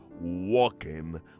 walking